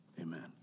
Amen